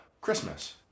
Christmas